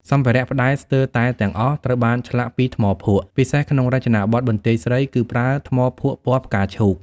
សម្ភារៈ ផ្តែរស្ទើរតែទាំងអស់ត្រូវបានឆ្លាក់ពី ថ្មភក់ ពិសេសក្នុងរចនាបថបន្ទាយស្រី គឺប្រើថ្មភក់ពណ៌ផ្កាឈូក។